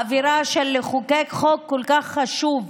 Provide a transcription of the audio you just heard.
באווירה של לחוקק חוק כל כך חשוב,